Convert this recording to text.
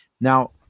Now